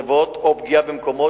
מקרים